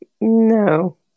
No